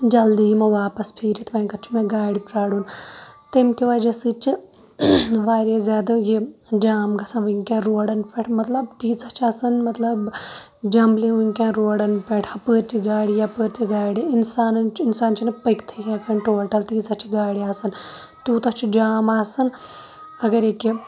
جَلدی یِمو واپَس پھیٖرِتھ تہٕ وۄنۍ کَتھ چھُ مےٚ گاڑِ پیارُن تمکہِ وَجہ سۭتۍ چھِ واریاہ زیادٕ یہِ جام گَژھان وٕنکٮ۪ن روڈَن پیٹھ تیٖژاہ چھِ آسان مَطلَب جَمبلِنٛگ وٕنکٮ۪ن روڈَن پیٹھ ہَپٲرۍ تہِ گاڑِ یَپٲرۍ تہِ گاڑِ اِنسانَن اِنسان چھِ نہٕ پٔکتھٕے ہیٚکان ٹوٹَل تیٖژاہ چھِ گاڑِ آسان تیوٗتاہ چھُ جام آسان اَگَر أکیاہ